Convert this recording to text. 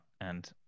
and-